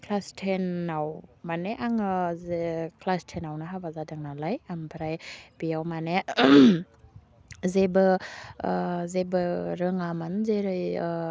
class टेनाव माने आङो जे क्लास टेनावनो हाबा जादों नालाय आमफ्राय बेयाव माने जेबो जेबो रोङामोन जेरै